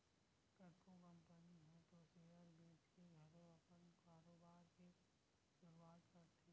कतको कंपनी ह तो सेयर बेंचके घलो अपन कारोबार के सुरुवात करथे